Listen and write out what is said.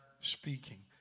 speaking